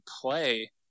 play